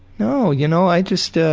no, y'know, i just. ah